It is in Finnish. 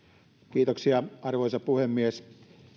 arvoisa puhemies